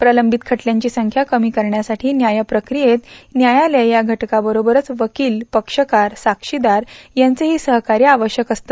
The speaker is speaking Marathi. प्रलंबित खटल्यांची संख्या कमी करण्यासाठी न्यायप्रक्रियेत न्यायालय या घटकावरोबरघ वकील पक्षकार साक्षीदार यांचंडी सहकार्य आवश्यक असते